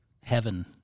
heaven